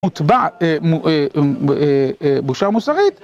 מוטבע בושר מוסרית.